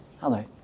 Hello